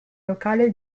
locale